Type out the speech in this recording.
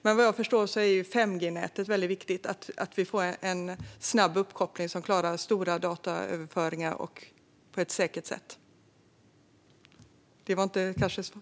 Men vad jag förstår är 5G-nätet viktigt så att vi får en snabb uppkoppling som klarar stora dataöverföringar på ett säkert sätt. Det kanske inte var svar på frågan.